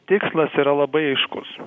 tikslas yra labai aiškus